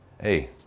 hey